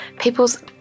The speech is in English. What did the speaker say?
people's